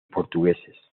portugueses